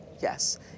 yes